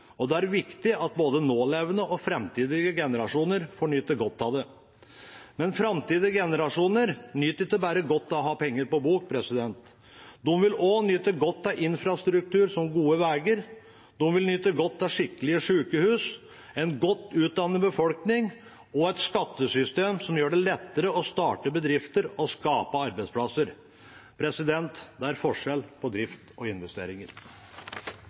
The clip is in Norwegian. og det er viktig at både nålevende og framtidige generasjoner får nyte godt av det. Men framtidige generasjoner nyter ikke bare godt av å ha penger på bok; de vil også nyte godt av infrastruktur som gode veier, skikkelige sykehus, en godt utdannet befolkning og et skattesystem som gjør det lettere å starte bedrifter og skape arbeidsplasser. Det er forskjell på drift og investeringer.